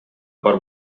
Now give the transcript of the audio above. бар